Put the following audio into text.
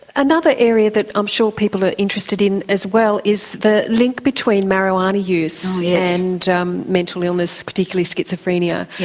another area that i'm sure people are interest in as well is the link between marijuana use yeah and um mental illness, particularly schizophrenia.